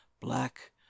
black